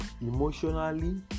emotionally